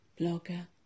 blogger